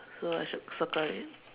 so I should circle it